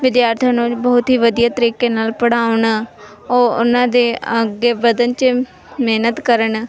ਵਿਦਿਆਰਥੀ ਨੂੰ ਬਹੁਤ ਹੀ ਵਧੀਆ ਤਰੀਕੇ ਨਾਲ ਪੜ੍ਹਾਉਣ ਉਹ ਉਹਨਾਂ ਦੇ ਅੱਗੇ ਵਧਣ 'ਚ ਮਿਹਨਤ ਕਰਨ